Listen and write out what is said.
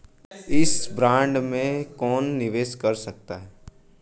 इस बॉन्ड में कौन निवेश कर सकता है?